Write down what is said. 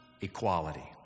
equality